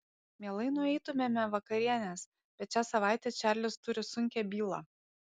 mielai nueitumėme vakarienės bet šią savaitę čarlis turi sunkią bylą